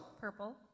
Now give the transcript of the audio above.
Purple